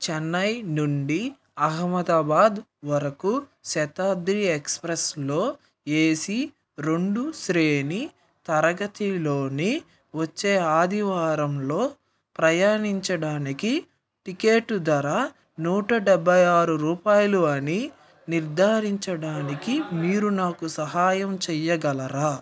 చెన్నై నుండి అహ్మదాబాదు వరకు శతాబ్ది ఎక్స్ప్రెస్లో ఏసీ రెండు శ్రేణి తరగతిలోని వచ్చే ఆదివారంలో ప్రయాణించడానికి టికెట్ ధర నూట డెబ్బై ఆరు రూపాయలు అని నిర్ధారించడానికి మీరు నాకు సహాయం చెయ్యగలరా